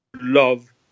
love